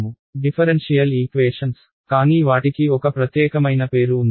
differential equations కానీ వాటికి ఒక ప్రత్యేకమైన పేరు ఉంది